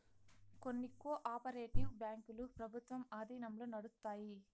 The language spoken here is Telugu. కొన్ని కో ఆపరేటివ్ బ్యాంకులు ప్రభుత్వం ఆధీనంలో నడుత్తాయి